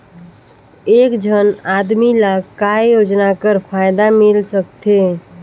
एक झन आदमी ला काय योजना कर फायदा मिल सकथे?